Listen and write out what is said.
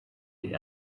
die